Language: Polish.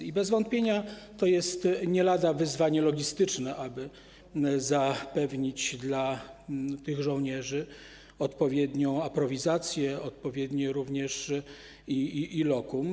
I bez wątpienia to jest nie lada wyzwanie logistyczne, aby zapewnić dla tych żołnierzy odpowiednią aprowizację i odpowiednie lokum.